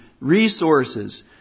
resources